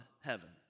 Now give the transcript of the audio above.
heaven